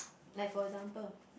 like for example